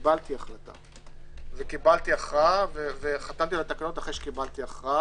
קיבלתי הכרעה וחתמתי על התקנות אחרי קבלת ההחלטה,